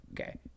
Okay